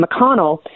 McConnell